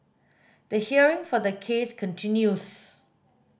the hearing for the case continues